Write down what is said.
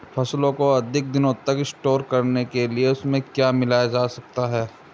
फसलों को अधिक दिनों तक स्टोर करने के लिए उनमें क्या मिलाया जा सकता है?